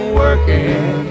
working